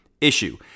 issue